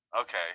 okay